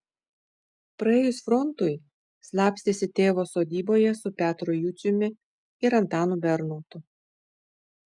praėjus frontui slapstėsi tėvo sodyboje su petru juciumi ir antanu bernotu